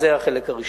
אז זה החלק הראשון.